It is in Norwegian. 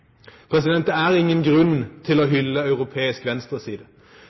Det er ingen grunn til å hylle europeisk venstreside.